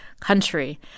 country